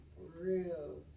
real